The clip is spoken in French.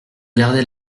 gardez